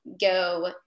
go